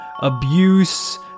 abuse